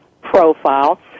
profile